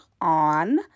on